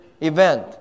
event